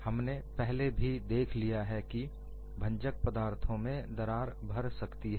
हमने पहले भी देख लिया है की भंजक पदार्थों में दरार भर सकती है